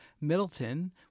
Middleton